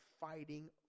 fighting